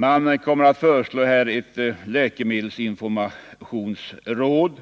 Man kommer att föreslå ett läkemedelsinformationsråd.